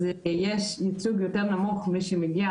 אז יש ייצוג יותר נמוך של מי שמגיע